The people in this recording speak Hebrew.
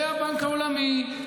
הבנק העולמי,